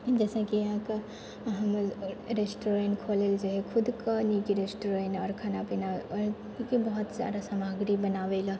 जैसेकि अहाँके हम रेस्टोरेन्ट खोलैलए चाहलिए खुदके नीक रेस्टोरेन्ट आओर खानापीना आओर कियाकि बहुत सारा सामग्री बनाबैलए